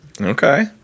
Okay